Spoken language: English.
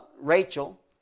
Rachel